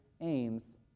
aims